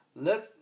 Let